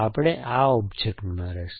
આપણને આ ઑબ્જેક્ટમાં રસ છે